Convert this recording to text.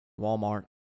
Walmart